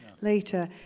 later